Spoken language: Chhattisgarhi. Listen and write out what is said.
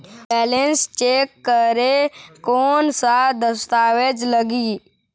बैलेंस चेक करें कोन सा दस्तावेज लगी?